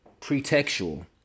Pretextual